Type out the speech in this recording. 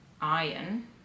iron